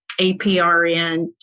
APRN